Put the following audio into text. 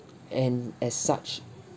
and as such